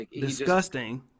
Disgusting